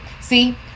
see